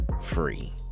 free